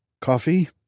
Coffee